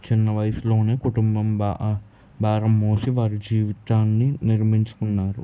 చిన్న వయస్సులోనే కుటంబం బా భారం మోసి వారి జీవితాన్ని నిర్మించుకున్నారు